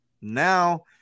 Now